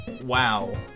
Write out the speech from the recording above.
wow